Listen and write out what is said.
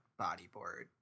bodyboard